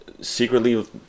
secretly